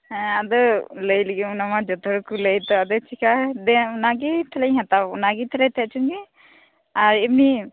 ᱦᱮᱸ ᱟᱫᱚ ᱞᱟᱹᱭ ᱞᱟᱜᱤᱜ ᱚᱱᱟᱢᱟ ᱡᱚᱛᱚ ᱠᱚ ᱞᱟᱹᱭᱟ ᱛᱚ ᱟᱫᱚ ᱪᱤᱠᱟ ᱟᱫᱚ ᱫᱮᱱ ᱚᱱᱟ ᱜᱮ ᱛᱟᱞᱦᱮᱧ ᱦᱟᱛᱟᱣᱟ ᱚᱱᱟᱜᱮ ᱛᱟᱞᱦᱮ ᱛᱟᱦᱮᱸ ᱪᱚᱱ ᱜᱮ ᱟᱨ ᱮᱢᱱᱤ